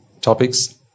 topics